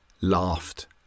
laughed